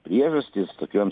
priežastys tokioms